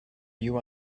you